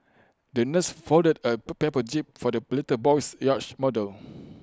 the nurse folded A per paper jib for the little boy's yacht model